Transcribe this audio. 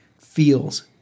feels